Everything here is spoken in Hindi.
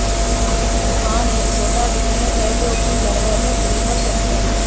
किराने की दुकान एक छोटा बिज़नेस है जो की घर बैठे शुरू कर सकते है